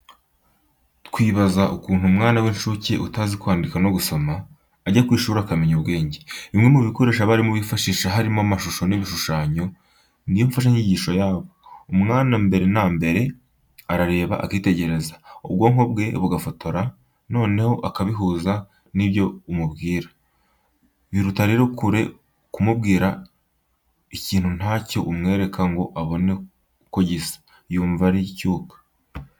Twibaza ukuntu umwana w'incuke utazi kwandika no gusoma ajya ku ishuri akamenya ubwenge. Bimwe mu bikoresho abarimu bifashisha harimo amashusho n'ibishushanyo. Ni yo mfashanyigisho yabo. Umwana mbere na mbere arareba akitegereza, ubwonko bwe bugafotora, noneho akabihuza n'ibyo umubwira. Biruta rero kure kumubwira ikintu nta cyo umwereka ngo abone uko gisa, yumva ari icyuka.